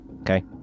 okay